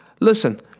Listen